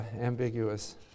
ambiguous